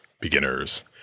Beginners